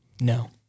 No